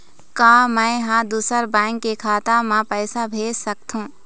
का मैं ह दूसर बैंक के खाता म पैसा भेज सकथों?